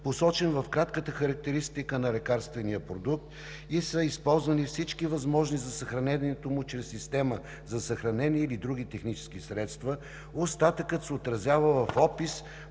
посочен в кратката характеристика на лекарствения продукт, и са използвани всички възможности за съхранението му чрез системи за съхранение или други технически средства, остатъкът се отразява в опис